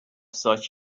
such